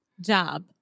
Job